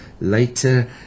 later